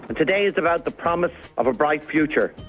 ah today is about the promise of a bright future,